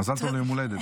מזל טוב ליום ההולדת.